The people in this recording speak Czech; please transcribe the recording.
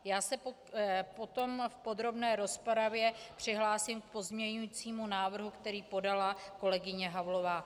Já se potom v podrobné rozpravě přihlásím k pozměňujícímu návrhu, který podala kolegyně Havlová.